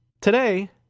today